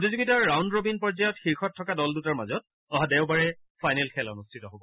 প্ৰতিযোগিতাৰ round robin পৰ্যয়ত শীৰ্ষত থকা দল দুটাৰ মাজত অহা দেওবাৰে ফাইনেল খেল অনুষ্ঠিত হব